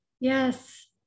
Yes